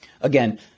again